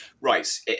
Right